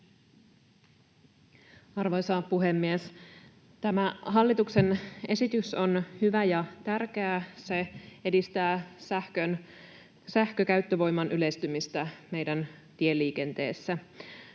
Arvoisa puhemies! Tämä hallituksen esitys on hyvä ja tärkeä. Se edistää sähkökäyttövoiman yleistymistä meidän tieliikenteessä.